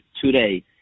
today